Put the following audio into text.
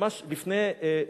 מתי?